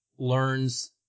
Learns